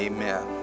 Amen